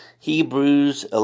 Hebrews